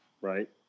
right